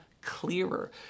clearer